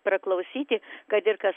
praklausyti kad ir kas